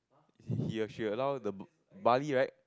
he she allow the b~ Bali right